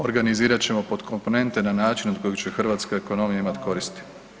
Organizirat ćemo podkomponente na način od koje će Hrvatska ekonomija imati koristi.